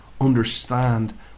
understand